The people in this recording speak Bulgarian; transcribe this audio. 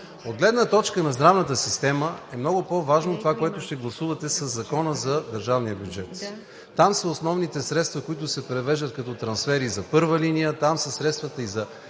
От гледна точка на здравната система е много по-важно това, което ще гласувате със Закона за държавния бюджет. Там са основните средства, които се превеждат като трансфери за първа линия, там са средствата и за